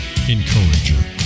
encourager